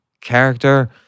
character